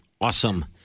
awesome